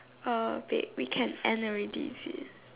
uh wait we can end already is it